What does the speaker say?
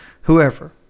whoever